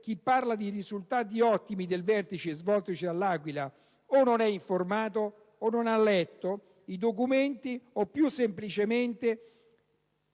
chi parla di risultati ottimi del vertice svoltosi a L'Aquila o non è informato o non ha letto i documenti o più semplicemente